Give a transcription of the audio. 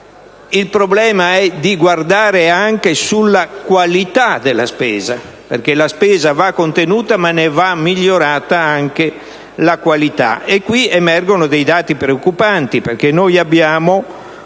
bisogna guardare anche la qualità della spesa, perché la spesa va contenuta ma ne va migliorata anche la qualità e qui emergono dei dati preoccupanti. Abbiamo